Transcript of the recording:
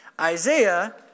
Isaiah